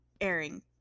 airing